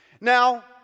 Now